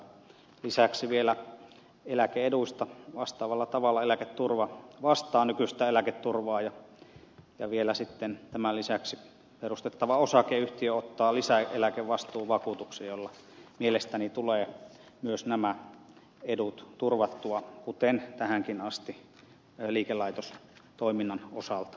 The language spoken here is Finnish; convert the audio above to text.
lisäksi vielä eläke eduista vastaavalla tavalla eläketurva vastaa nykyistä eläketurvaa ja vielä sitten tämän lisäksi perustettava osakeyhtiö ottaa lisäeläkevastuuvakuutuksen jolla mielestäni tulevat myös nämä edut turvattua kuten tähänkin asti liikelaitostoiminnan osalta